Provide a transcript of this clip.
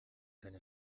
deine